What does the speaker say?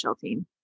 team